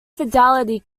fidelity